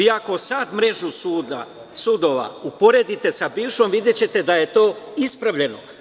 Ako sada mrežu sudova uporedite sa bivšom videćete da je to ispravljeno.